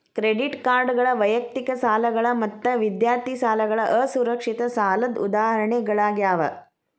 credit ಕಾರ್ಡ್ಗಳ ವೈಯಕ್ತಿಕ ಸಾಲಗಳ ಮತ್ತ ವಿದ್ಯಾರ್ಥಿ ಸಾಲಗಳ ಅಸುರಕ್ಷಿತ ಸಾಲದ್ ಉದಾಹರಣಿಗಳಾಗ್ಯಾವ